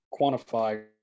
quantify